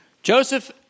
Joseph